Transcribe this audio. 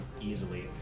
easily